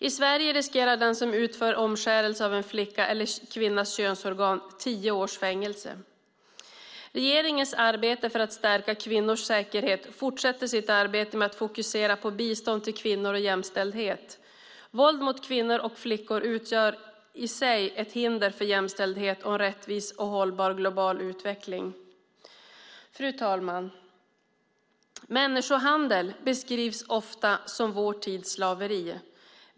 I Sverige riskerar den som utför omskärelse av en flickas eller kvinnas könsorgan tio års fängelse. Regeringen fortsätter sitt arbete för att stärka kvinnors säkerhet med att fokusera på bistånd till kvinnor och jämställdhet. Våld mot kvinnor och flickor utgör i sig ett hinder för jämställdhet och en rättvis och hållbar global utveckling. Fru talman! Människohandel beskrivs ofta som vår tids slaveri.